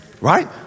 Right